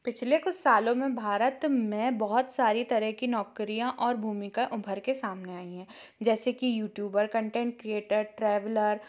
पिछले कुछ सालों में भारत में बहुत सारी तरह कि नौकरियां और भूमिका उभर के सामने आई हैं जैसे कि यूट्यूबर कन्टेन्ट क्रेयटर ट्रैवलर